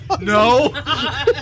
No